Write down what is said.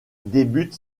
débute